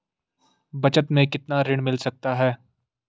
बचत मैं कितना ऋण मिल सकता है?